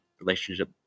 relationship